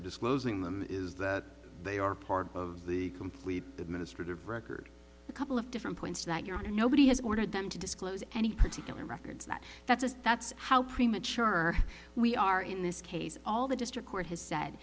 disclosing them is that they are part of the complete administrative record a couple of different points that your honor nobody has ordered them to disclose any particular records that that's a that's how premature we are in this case all the district court has said